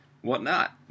whatnot